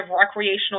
recreational